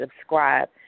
subscribe